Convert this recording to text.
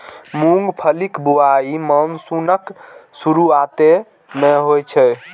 मूंगफलीक बुआई मानसूनक शुरुआते मे होइ छै